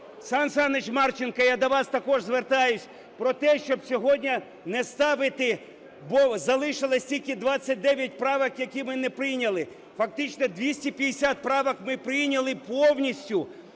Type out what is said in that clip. СанСанич Марченко, я до вас також звертаюся про те, щоб сьогодні не ставити, бо залишилося тільки 29 правок, які ми не прийняли. Фактично 250 правок ми прийняли повністю,